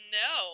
no